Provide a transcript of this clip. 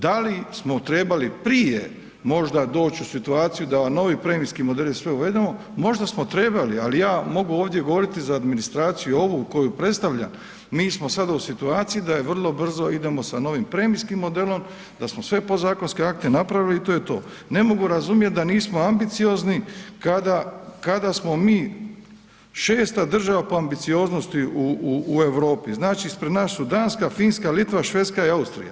Da li smo trebali prije možda doć u situaciju da nove premijske modele sve uvedemo, možda smo trebali ali ja mogu ovdje govoriti za administraciju ovu koju predstavljam, mi smo sad u situaciji da vrlo brzo idemo sa novim premijskim modelom, da smo sve podzakonske akte napravili i to je to. ne mogu razumjet da nismo ambiciozni kada smo mi 6. država po ambicioznosti u Europi, znači ispred nas su Danska, Finska, Litva, Švedska i Austrija.